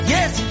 Yes